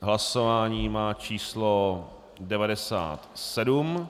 Hlasování má číslo 97.